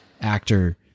actor